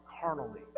carnally